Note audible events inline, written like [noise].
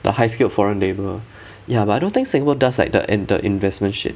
the high skilled foreign labour [breath] ya but I don't think singapore does like the enter investment shit